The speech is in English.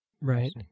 Right